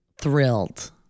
thrilled